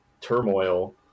turmoil